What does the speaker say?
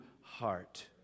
heart